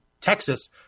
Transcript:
Texas